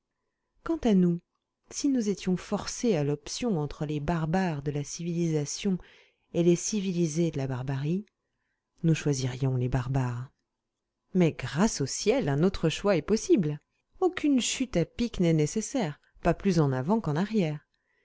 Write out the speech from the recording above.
quant à nous si nous étions forcé à l'option entre les barbares de la civilisation et les civilisés de la barbarie nous choisirions les barbares mais grâce au ciel un autre choix est possible aucune chute à pic n'est nécessaire pas plus en avant qu'en arrière